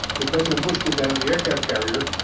because president bush did that on the aircraft carrier.